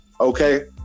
Okay